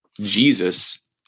Jesus